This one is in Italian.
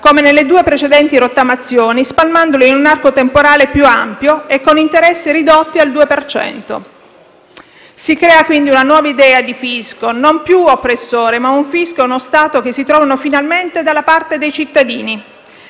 come nelle due precedenti rottamazioni, spalmandole in un arco temporale più ampio e con interessi ridotti al 2 per cento. Si crea quindi una nuova idea di fisco, non più oppressore, ma un fisco e uno Stato che si trovano finalmente dalla parte dei cittadini.